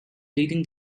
leading